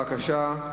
בבקשה.